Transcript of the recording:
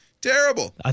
Terrible